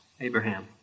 Abraham